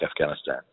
Afghanistan